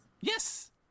Yes